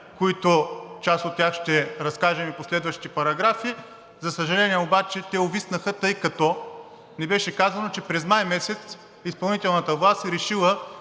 част от тях ще разкажем и по следващите параграфи. За съжаление обаче, те увиснаха, тъй като ни беше казано, че през май месец изпълнителната власт е решила